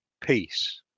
peace